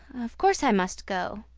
of course i must go.